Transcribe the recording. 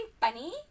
funny